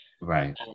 right